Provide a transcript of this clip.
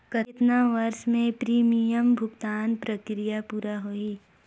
कतना वर्ष मे प्रीमियम भुगतान प्रक्रिया पूरा होही?